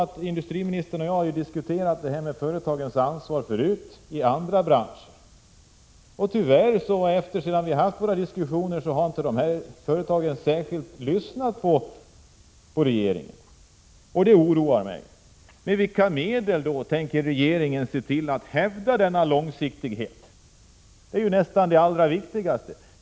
Men industriministern och jag har diskuterat företagens ansvar förut, i andra branscher. Och efter sådana diskussioner har man kunnat märka att företagen inte särskilt mycket lyssnat på regeringen. Det oroar mig. Med vilka medel tänker regeringen se till att hävda denna långsiktighet? Det är nästan det allra viktigaste.